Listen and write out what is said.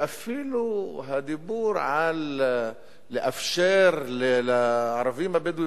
ואפילו הדיבור על לאפשר לערבים הבדואים